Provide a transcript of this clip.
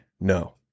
No